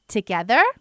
Together